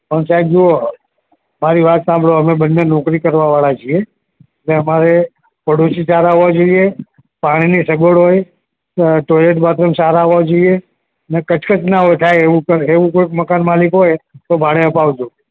પણ સાહેબ જુઓ મારી વાત સાંભળો અમે બંને નોકરી કરવાવાળા છીએ એટલે અમારે પાડોશી સારા હોવા જોઈએ પાણીની સગવડ હોય ટોઇલેટ બાથરૂમ સારાં હોવા જોઈએ અને કચકચ ના હો થાય એવું કોઈક મકાન માલિક હોય તો ભાડે અપાવજો